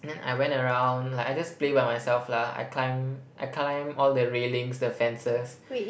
then I went around like I just play by myself lah I climb I climb all the railings the fences